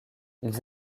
ils